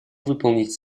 выполнить